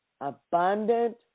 Abundant